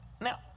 Now